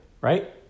Right